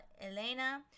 Elena